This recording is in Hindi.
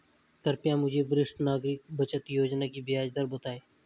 कृपया मुझे वरिष्ठ नागरिक बचत योजना की ब्याज दर बताएं